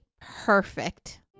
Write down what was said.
perfect